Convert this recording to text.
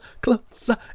closer